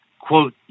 quote